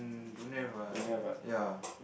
um don't have ah ya